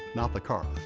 not the car.